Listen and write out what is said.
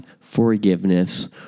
forgiveness